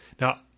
Now